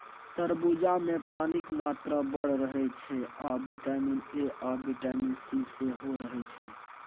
तरबुजामे पानिक मात्रा बड़ रहय छै आ बिटामिन ए आ बिटामिन सी सेहो रहय छै